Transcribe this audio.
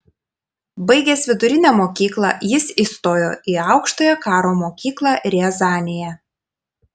baigęs vidurinę mokyklą jis įstojo į aukštąją karo mokyklą riazanėje